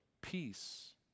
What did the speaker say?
peace